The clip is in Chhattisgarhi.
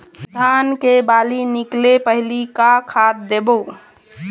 धान के बाली निकले पहली का खाद देबो?